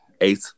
Eight